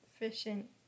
efficient